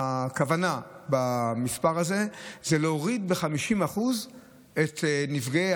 הכוונה במספר הזה היא להוריד ב-50% את נפגעי